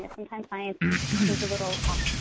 ah sometimes science is a little ah